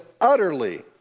utterly